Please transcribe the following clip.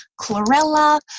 chlorella